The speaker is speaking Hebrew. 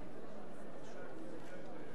אנשים ולהחזיר.